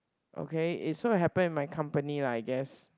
okay it sort of happen in my company lah I guess